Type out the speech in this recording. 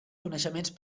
coneixements